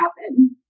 happen